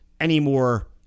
anymore